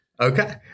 Okay